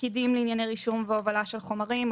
פקידים לענייני רישום והובלה של חומרים,